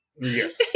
Yes